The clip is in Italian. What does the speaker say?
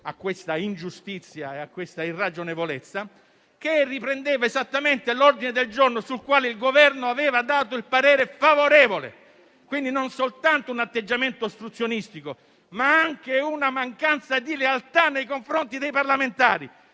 a questa ingiustizia e irragionevolezza - che riprendeva esattamente l'ordine del giorno sul quale il Governo aveva espresso parere favorevole. Si è trattato, quindi, non soltanto di un atteggiamento ostruzionistico, ma anche di una mancanza di lealtà nei confronti dei parlamentari.